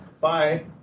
Bye